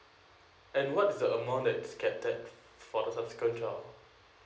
and what is the amount that can take for the subsequent child